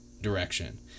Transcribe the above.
direction